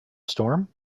storm